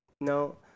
No